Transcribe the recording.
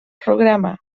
programa